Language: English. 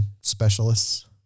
specialists